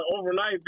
overnight